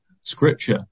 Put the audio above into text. scripture